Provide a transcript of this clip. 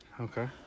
Okay